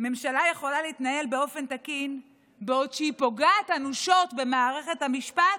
ממשלה יכולה להתנהל באופן תקין בעוד שהיא פוגעת אנושות במערכת המשפט,